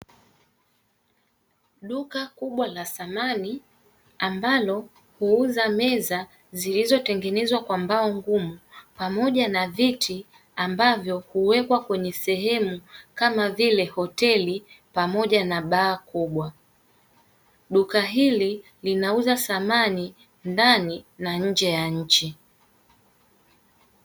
Duka kubwa la thamani ambalo huuza meza zilizo tengenezwa na mbao ngumu pamoja na viti, ambavyo huwekwa kwenye sehemu kama vile hoteli pamoja na baa kubwa. Duka hili linauza thamani ndani na nje ya nchi.